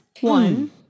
One